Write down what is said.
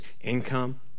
income